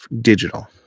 digital